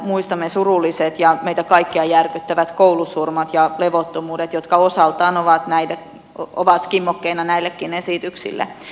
muistamme surulliset ja meitä kaikkia järkyttävät koulusurmat ja levottomuudet jotka osaltaan ovat kimmokkeena näillekin esityksille